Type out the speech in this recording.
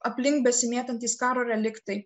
aplink besimėtantys karo reliktai